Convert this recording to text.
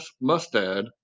Mustad